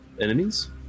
enemies